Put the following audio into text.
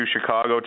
Chicago